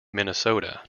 minnesota